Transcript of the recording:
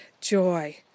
joy